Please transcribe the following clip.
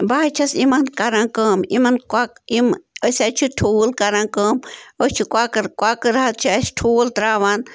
بہٕ حظ چھَس یِمَن کَران کٲم یِمَن یِم أسۍ حظ چھِ ٹھوٗل کَران کٲم أسۍ چھِ کۄکٕر کۄکٕر حظ چھِ اَسہِ ٹھوٗل ترٛاوان